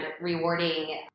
rewarding